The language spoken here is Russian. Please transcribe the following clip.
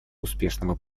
успешного